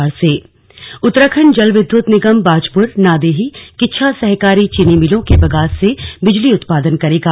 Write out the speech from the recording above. slug बिजली बैठक उत्तराखण्ड जल विद्युत निगम बाजपुर नादेही किच्छा सहकारी चीनी मिलों के बगास से बिजली उत्पादन करेगा